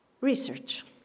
research